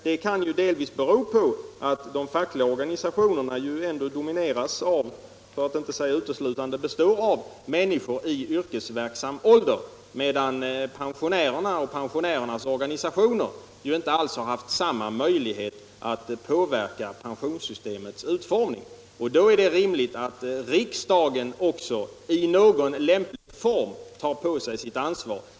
Detta kan delvis bero på att de fackliga organisationerna ändå domineras av, för att inte säga utslutande består av, människor i yrkesverksam ålder. Pensionärerna och deras organisationer har ju inte alls haft samma möjligheter att påverka pensionssystemets utformning. Då är det rimligt att riksdagen i någon lämplig form tar på sig sitt ansvar.